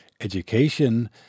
education